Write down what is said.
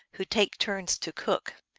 who take turns to cook.